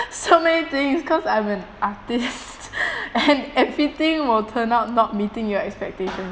so many things cause I'm an artist and everything will turn out not meeting your expectation